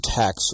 tax